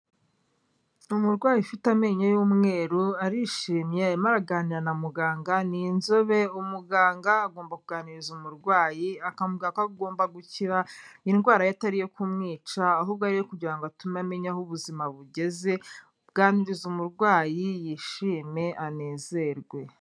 Umurwayi ufite amenyo y'umweru, arishimye, arimo araganira na muganga, ni inzobe, umuganga agomba kuganiriza umurwayi, akamubwira ko agomba gukira, indwara ye atari iyo kumwica, ahubwo ariyo kugira ngo atume amenya aho ubuzima bugeze, ganiriza umurwayi, yishime, anezerwe.